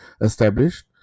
established